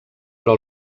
però